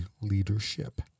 Leadership